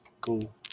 Cool